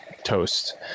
Toast